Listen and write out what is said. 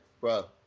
Bro